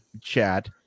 chat